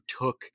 took